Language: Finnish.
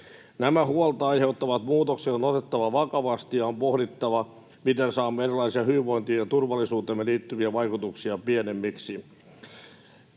Nämä huolta aiheuttavat muutokset on otettava vakavasti, ja on pohdittava, miten saamme erilaisia hyvinvointiimme ja turvallisuuteemme liittyviä vaikutuksia pienemmiksi.